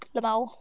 lmao